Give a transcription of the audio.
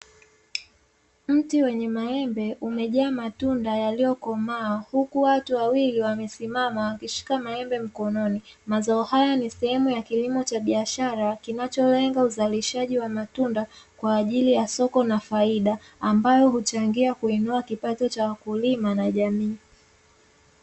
Mti wenye maembe umejaa matunda yaliyokomaa huku watu wawili wamesimama wakishika maembe mkononi. Mazao haya ni sehemu ya kilimo cha biashara kinacholenga uzalishaji wa matunda kwa ajili ya soko na faida ambayo huchangia kuinua kipato cha wakulima na jamii.